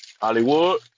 Hollywood